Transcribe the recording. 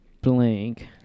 blank